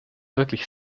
wirklich